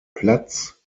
platz